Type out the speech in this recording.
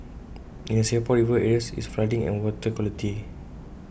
in the Singapore river areas it's flooding and water quality